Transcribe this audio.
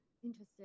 Interesting